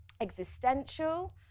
existential